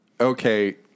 Okay